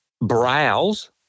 browse